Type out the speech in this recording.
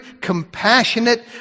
compassionate